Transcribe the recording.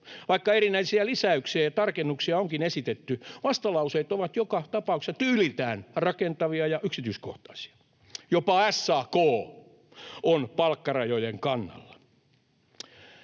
vaikka erinäisiä lisäyksiä ja tarkennuksia onkin esitetty, vastalauseet ovat joka tapauksessa tyyliltään rakentavia ja yksityiskohtaisia. Jopa SAK on palkkarajojen kannalla.